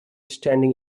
standing